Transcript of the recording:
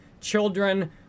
children